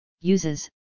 uses